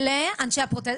בוקר טוב,